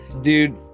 dude